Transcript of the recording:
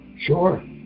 Sure